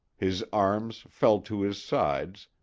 his arms fell to his sides,